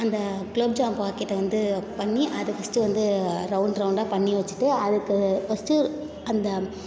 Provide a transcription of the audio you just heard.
அந்த குலோப் ஜாம் பாக்கெட்டை வந்து பண்ணி அதை ஃபஸ்ட்டு வந்து ரௌண்ட் ரௌண்டாக பண்ணி வச்சிட்டு அதுக்கு ஃபஸ்ட்டு அந்த